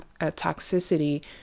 toxicity